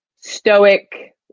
stoic